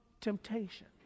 temptation